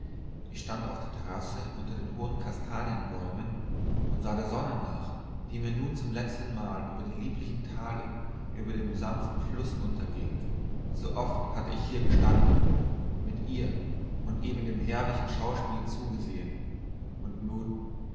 ich stand auf der terrasse unter den hohen kastanienbäumen und sah der sonne nach die mir nun zum letztenmale über dem lieblichen tale über dem sanften fluß unterging so oft hatte ich hier gestanden mit ihr und eben dem herrlichen schauspiele zugesehen und nun ich